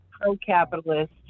pro-capitalist